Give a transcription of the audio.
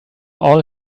all